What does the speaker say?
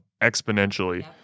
exponentially